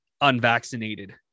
unvaccinated